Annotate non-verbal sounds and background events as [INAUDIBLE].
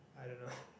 I don't know [BREATH]